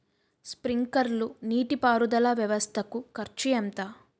Sprinkler నీటిపారుదల వ్వవస్థ కు ఖర్చు ఎంత?